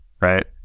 right